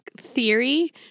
theory